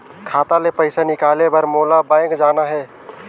खाता ले पइसा निकाले बर मोला बैंक जाना हे?